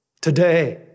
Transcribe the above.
Today